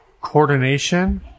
coordination